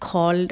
called